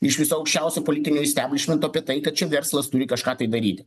iš viso aukščiausio politinio isteblišmento apie tai kad čia verslas turi kažką tai daryti